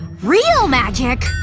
real magic!